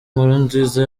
nkurunziza